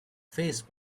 face